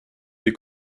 des